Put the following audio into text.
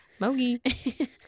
Mogi